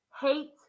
Hate